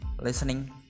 Listening